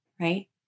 right